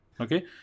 okay